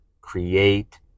create